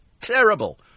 terrible